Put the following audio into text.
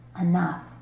enough